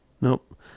Nope